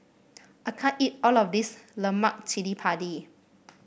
I can't eat all of this Lemak Cili Padi